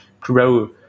grow